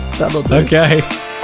okay